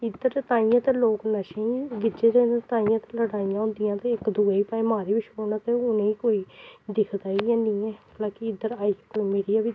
इद्धर तांइयैं ते लोक नशें गी गिज्झे दे न तांइयैं ते लड़ाइयां होंदियां ते इक दुए गी भाएं मारी बी छुड़न ते उ'नें गी कोई दिखदा गै हैन्नी ऐ मतलब कि इद्धर आई मीडिया बी दिक्खियै